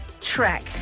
track